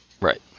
Right